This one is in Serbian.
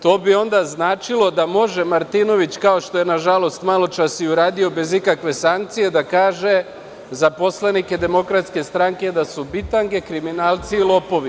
To bi onda značilo da može Martinović, kao što je nažalost maločas i uradio, bez ikakve sankcije da kažem za poslanike DS da su bitange, kriminalci i lopovi.